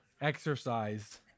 exercise